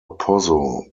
pozzo